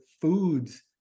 foods